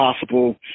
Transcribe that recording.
possible